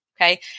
Okay